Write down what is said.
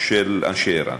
של אנשי ער"ן.